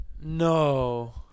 No